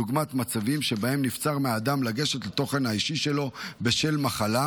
דוגמת מצבים שבהם נבצר מהאדם לגשת לתוכן האישי שלו בשל מחלה,